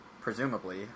presumably